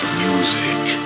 music